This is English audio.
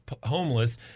homeless